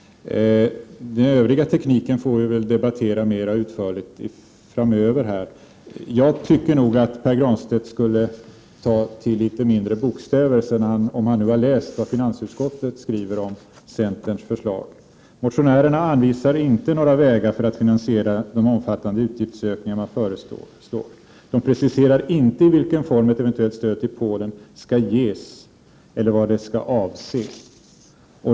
Den övriga tekniken får vi väl debattera mera utförligt — Prot. 1989/90:45 framöver. 13 december 1989 Jag tycker nog att Pär Granstedt borde ta till litet mindre bokstäver, sedan. GG han har läst vad finansutskottet skriver om centerns förslag: ”Motionärerna anvisar inte några vägar för att finansiera de omfattande utgiftsökningarna som föreslås. De preciserar inte i vilken form ett eventuellt stöd till Polen skall ges eller vad det skall avse.